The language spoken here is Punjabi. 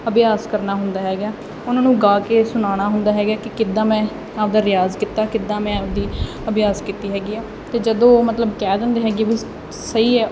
ਅਭਿਆਸ ਕਰਨਾ ਹੁੰਦਾ ਹੈਗਾ ਉਹਨਾਂ ਨੂੰ ਗਾ ਕੇ ਸੁਣਾਉਣਾ ਹੁੰਦਾ ਹੈਗਾ ਕਿ ਕਿੱਦਾਂ ਮੈਂ ਆਪਣਾ ਰਿਆਜ਼ ਕੀਤਾ ਕਿੱਦਾਂ ਮੈਂ ਆਪਣੀ ਅਭਿਆਸ ਕੀਤੀ ਹੈਗੀ ਆ ਅਤੇ ਜਦੋਂ ਮਤਲਬ ਕਹਿ ਦਿੰਦੇ ਹੈਗੇ ਵੀ ਸਹੀ ਹੈ